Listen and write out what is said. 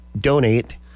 donate